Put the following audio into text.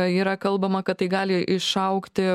yra kalbama kad tai gali išaugti